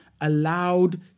allowed